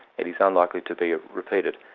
it is unlikely to be repeated.